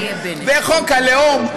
וחוק הלאום,